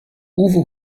uwe